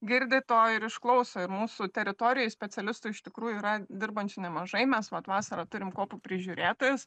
girdi to ir išklauso ir mūsų teritorijoj specialistų iš tikrųjų yra dirbančių nemažai mes vat vasarą turim kopų prižiūrėtojus